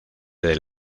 del